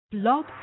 Blog